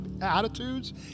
attitudes